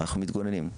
אנחנו מתגוננים.